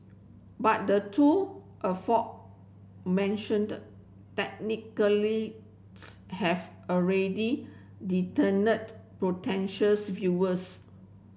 but the two aforementioned technically have already potentials viewers